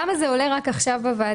שאלת למה זה עולה רק עכשיו בוועדה